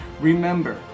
Remember